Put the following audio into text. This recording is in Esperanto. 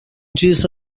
ĝis